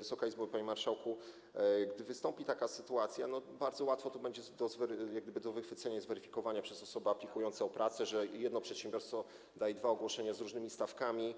Wysoka Izbo, panie marszałku, gdy wystąpi taka sytuacja, będzie bardzo łatwe jakby do wychwycenia i zweryfikowania przez osoby aplikujące o pracę to, że jedno przedsiębiorstwo daje dwa ogłoszenia z różnymi stawkami.